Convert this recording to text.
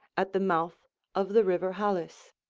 at the mouth of the river halys.